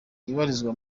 ibarizwa